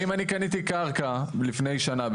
אם אני קניתי קרקע לפני שנה,